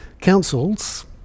Councils